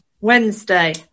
Wednesday